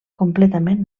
completament